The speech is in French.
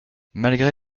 malgré